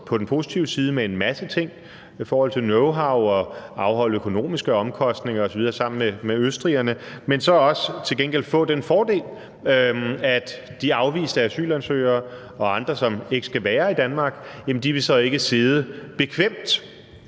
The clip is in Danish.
på den positive side med en masse ting i forhold til knowhow og til at afholde økonomiske omkostninger osv. sammen med østrigerne, men så også til gengæld få den fordel, at de afviste asylansøgere og andre, som ikke skal være i Danmark, så ikke vil sidde bekvemt